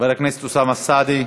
חבר הכנסת אוסאמה סעדי,